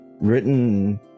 written